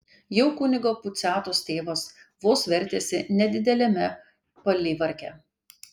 jau kunigo puciatos tėvas vos vertėsi nedideliame palivarke